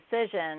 decision